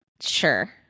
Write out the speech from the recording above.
Sure